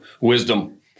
wisdom